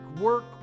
work